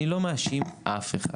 אני לא מאשים אף אחד.